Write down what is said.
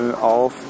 auf